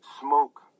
Smoke